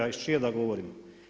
A iz čije da govorim?